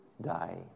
die